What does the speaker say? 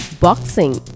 Boxing